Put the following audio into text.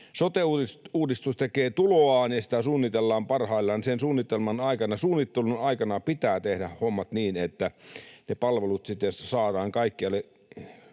Sote-uudistus tekee tuloaan, ja sitä suunnitellaan parhaillaan. Sen suunnittelun aikana pitää tehdä hommat niin, että ne palvelut sitten saadaan kaikkialle